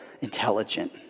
intelligent